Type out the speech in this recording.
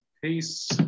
Peace